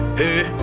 hey